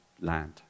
land